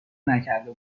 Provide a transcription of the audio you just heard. نکرده